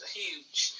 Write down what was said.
huge